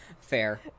Fair